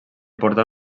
portar